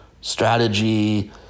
strategy